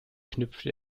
knüpfte